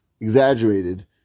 exaggerated